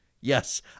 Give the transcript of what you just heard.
Yes